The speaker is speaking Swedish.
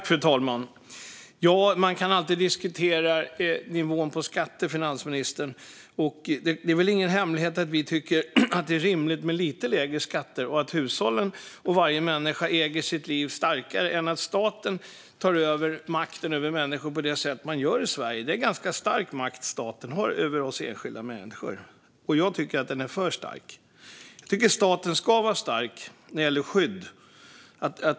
Fru talman! Man kan alltid diskutera nivån på skatter, finansministern. Det är väl ingen hemlighet att vi tycker att det är rimligt med lite lägre skatter. Vi tycker att hushållen och varje människa äger sitt liv på ett starkare sätt än staten, och vi ser att staten tar över makten över människor i Sverige. Det är en ganska stark makt som staten har över oss enskilda människor. Jag tycker att den är för stark. Jag tycker att staten ska vara stark när det gäller skydd.